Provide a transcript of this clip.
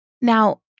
Now